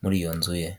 muri iyo nzu ye.